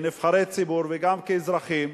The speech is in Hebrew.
כנבחרי ציבור וגם כאזרחים,